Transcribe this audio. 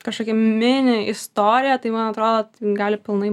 kažkokia mini istorija tai man atrodo taip gali pilnai